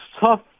tough